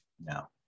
no